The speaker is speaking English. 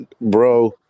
bro